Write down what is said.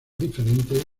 diferentes